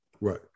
Right